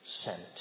sent